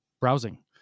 browsing